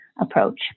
approach